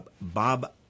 Bob